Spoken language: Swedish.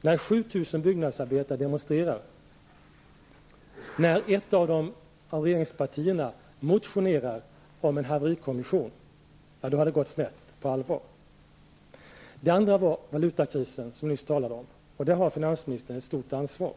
När 7 000 byggnadsarbetare demonstrerar, när ett av regeringspartierna motionerar om en haverikommission -- ja, då har det gått snett på allvar. Det andra området är valutakrisen, som jag nyss talade om. Här har finansministern ett stort ansvar.